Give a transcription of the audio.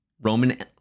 Roman